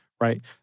Right